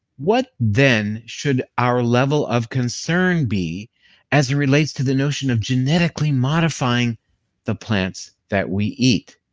what then should our level of concern be as it relates to the notion of genetically modifying the plants that we eat?